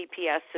GPS